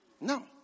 No